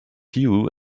queue